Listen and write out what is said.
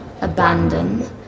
abandon